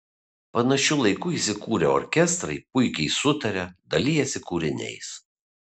panašiu laiku įsikūrę orkestrai puikiai sutaria dalijasi kūriniais